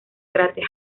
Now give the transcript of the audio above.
cráter